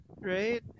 Right